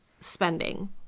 spending